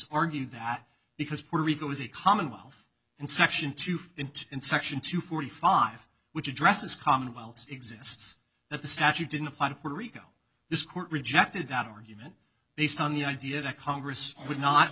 argued that because puerto rico is a commonwealth and section to find in section two forty five which addresses commonwealths exists that the statute didn't apply to puerto rico this court rejected that argument based on the idea that congress would not